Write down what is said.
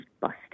busted